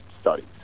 studies